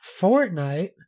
Fortnite